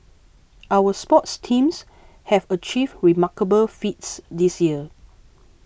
our sports teams have achieved remarkable feats this year